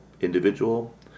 individual